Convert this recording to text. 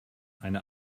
eine